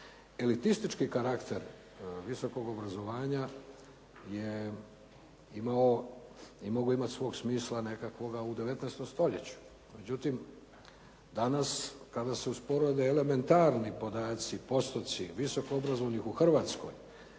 Elitistički karakter visokog obrazovanja je imao i mogu imati svog smisla nekakvoga u 19. stoljeću, međutim danas kada se usporede elementarni podaci, postoci visoko obrazovanih u Hrvatskoj,